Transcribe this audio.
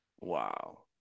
Wow